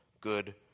good